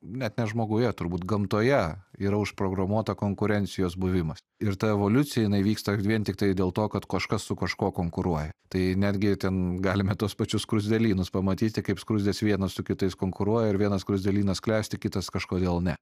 net ne žmoguje turbūt gamtoje yra užprogramuota konkurencijos buvimas ir ta evoliucija jinai vyksta vien tiktai dėl to kad kažkas su kažkuo konkuruoja tai netgi ten galime tuos pačius skruzdėlynus pamatyti kaip skruzdės vienos su kitais konkuruoja ir vienas skruzdėlynas klesti kitas kažkodėl ne